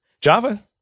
Java